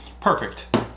perfect